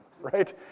right